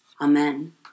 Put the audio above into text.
Amen